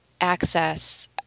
access